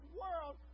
world